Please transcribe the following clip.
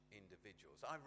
individuals